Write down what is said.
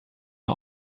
are